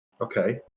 okay